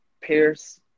Pierce